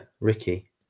Ricky